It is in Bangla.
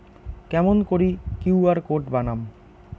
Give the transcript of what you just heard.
কেমন করি কিউ.আর কোড বানাম?